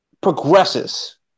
progresses